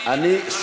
אני,